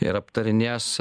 ir aptarinės